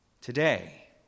Today